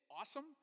awesome